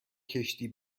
کشتی